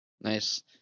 Nice